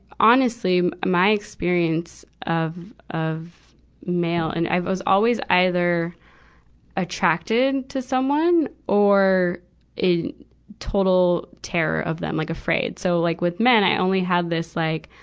honestly, my experience of, of male and i was always either attracted to someone or in total terror of them, like afraid. so like with men, i only have this like,